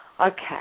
Okay